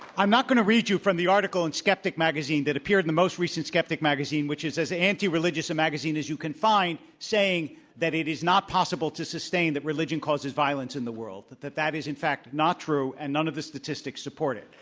i'm not going to read to you from the article in and skeptic magazine that appeared in the most recent skeptic magazine which is as anti-religious a magazine as you can find saying that it is not possible to sustain that religion causes violence in the world, that, that that is in fact not true and none of the statistics support it.